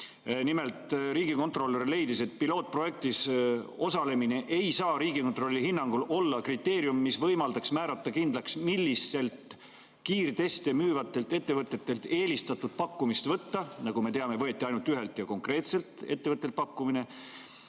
Nimelt, riigikontrolör leidis, et pilootprojektis osalemine ei saa Riigikontrolli hinnangul olla kriteerium, mis võimaldaks määrata kindlaks, millistelt kiirteste müüvatelt ettevõtetelt eelistatud pakkumist võtta. Nagu me teame, võeti ainult ühelt konkreetselt ettevõttelt pakkumine.